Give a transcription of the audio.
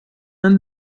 and